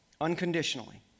unconditionally